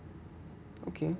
okay